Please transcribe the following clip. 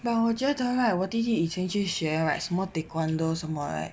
but 我觉得 right 我弟弟以前去学 right 什么 taekwondo 什么 right